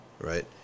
Right